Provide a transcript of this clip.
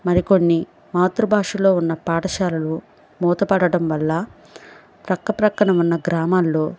మరికొన్ని మాతృభాషలో ఉన్న పాఠశాలలు మూతపడడం వల్ల ప్రక్క ప్రక్కన ఉన్న గ్రామాల్లో